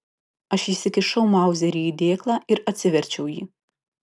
aš įsikišau mauzerį į dėklą ir atsiverčiau jį